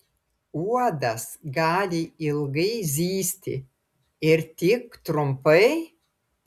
uodas gali ilgai zyzti ir tik trumpai